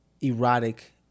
erotic